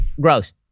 Gross